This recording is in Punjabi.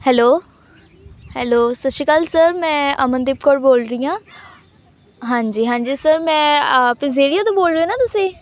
ਹੈਲੋ ਹੈਲੋ ਸਤਿ ਸ਼੍ਰੀ ਅਕਾਲ ਸਰ ਮੈਂ ਅਮਨਦੀਪ ਕੌਰ ਬੋਲ ਰਹੀ ਹਾਂ ਹਾਂਜੀ ਹਾਂਜੀ ਸਰ ਮੈਂ ਪਜ਼ੇਰੀਆ ਤੋਂ ਬੋਲ ਰਹੇ ਹੋ ਨਾ ਤੁਸੀਂ